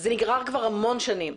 זה נגרר כבר המון שנים.